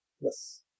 Yes